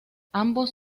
ambos